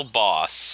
boss